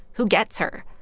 who gets her.